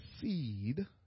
seed